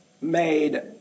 made